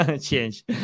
change